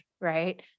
right